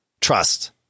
Trust